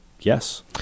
Yes